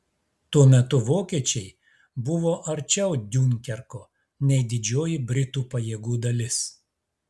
tuo metu vokiečiai buvo arčiau diunkerko nei didžioji britų pajėgų dalis